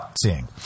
Seeing